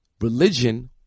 Religion